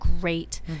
great